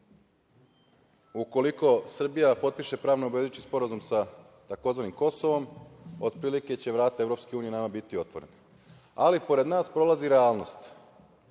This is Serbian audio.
ukoliko Srbija potpiše pravno obavezujući sporazum sa tzv. Kosovom, otprilike će vrata EU biti otvorena. Ali, pored nas prolazi realnost